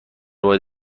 باید